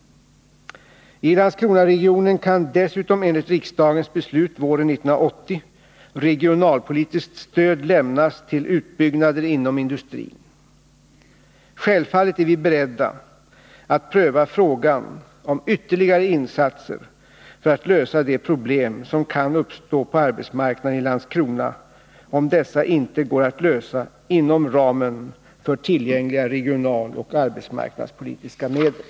I Landskronaregionen kan dessutom enligt riksdagens beslut våren 1980 regionalpolitiskt stöd lämnas till utbyggnader inom industrin. Självfallet är vi beredda att pröva frågan om ytterligare insatser för att lösa de problem som kan uppstå på arbetsmarknaden i Landskrona om dessa inte går att lösa inom ramen för tillgängliga regionaloch arbetsmarknadspolitiska medel.